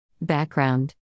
Background